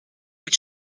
mit